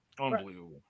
Unbelievable